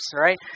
right